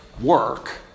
work